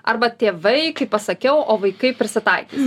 arba tėvai kaip pasakiau o vaikai prisitaikys